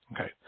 okay